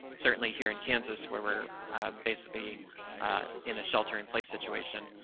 certainly, here in kansas, where we're basically in a shelter-in-place situation.